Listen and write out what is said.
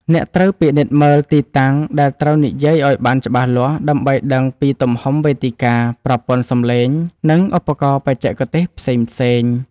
អ្នកត្រូវពិនិត្យមើលទីតាំងដែលត្រូវនិយាយឱ្យបានច្បាស់លាស់ ដើម្បីដឹងពីទំហំវេទិកា ប្រព័ន្ធសំឡេង និងឧបករណ៍បច្ចេកទេសផ្សេងៗ។